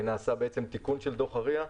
נעשה תיקון של דוח ה-RIA.